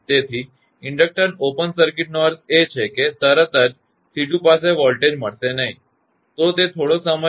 તેથી inductor open circuit નો અર્થ છે કે તરત જ 𝐶2 પાસે વોલ્ટેજ મળશે નહીં તો તે થોડો સમય લેશે